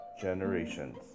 generations